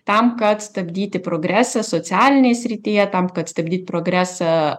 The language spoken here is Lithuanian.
tam kad stabdyti progresą socialinėj srityje tam kad stabdyt progresą